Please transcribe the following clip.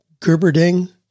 Gerberding